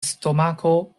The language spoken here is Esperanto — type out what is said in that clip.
stomako